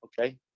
Okay